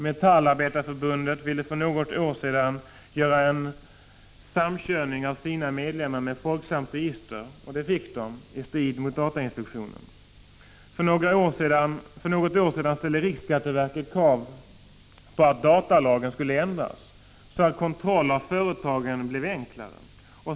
Metallarbetareförbundet ville för något år sedan göra en samkörning av sina medlemsregister med Folksams register. Det fick förbundet, i strid mot datainspektionens vilja. För något år sedan ställde riksskatteverket krav på att datalagen skulle ändras, så att kontrollen av företag blev enklare.